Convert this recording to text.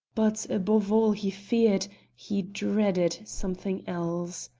but above all he feared he dreaded something else.